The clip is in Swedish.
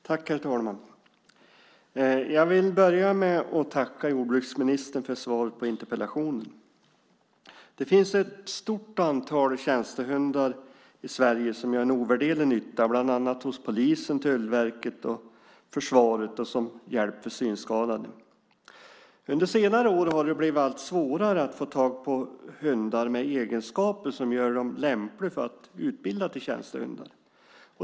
Herr talman! Jag vill börja med att tacka jordbruksministern för svaret på interpellationen. Det finns ett stort antal tjänstehundar i Sverige som gör en ovärderlig nytta bland annat hos polisen, Tullverket och försvaret och som hjälp till synskadade. Under senare år har det blivit allt svårare att få tag på hundar med egenskaper som gör dem lämpliga för att utbilda till tjänstehundar.